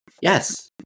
yes